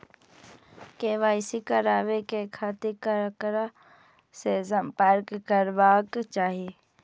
KYC कराबे के खातिर ककरा से संपर्क करबाक चाही?